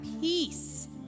peace